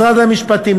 משרד המשפטים,